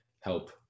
help